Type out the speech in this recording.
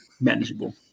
Manageable